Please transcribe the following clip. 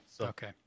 okay